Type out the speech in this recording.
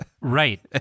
Right